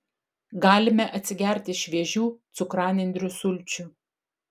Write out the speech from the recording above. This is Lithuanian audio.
galime atsigerti šviežių cukranendrių sulčių